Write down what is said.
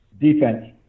Defense